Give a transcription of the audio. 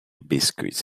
biscuits